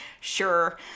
Sure